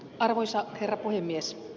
arvoisa herra puhemies